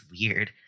weird